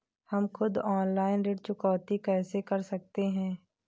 हम खुद ऑनलाइन ऋण चुकौती कैसे कर सकते हैं?